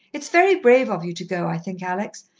it's very brave of you to go, i think, alex,